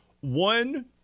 one